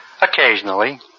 Occasionally